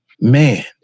Man